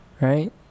right